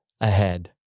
ahead